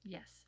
Yes